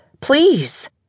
please